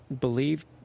believed